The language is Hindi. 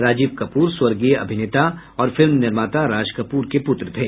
राजीव कपूर स्वर्गीय अभिनेता और फिल्म निर्माता राजकपूर के पुत्र थे